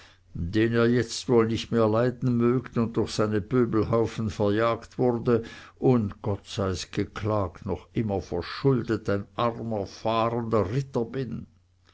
den ihr wohl jetzt nicht mehr leiden mögt und durch seine pöbelhaufen verjagt wurde und gott sei's geklagt noch immer verschuldet ein armer fahrender ritter bin